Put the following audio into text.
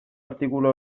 artikulu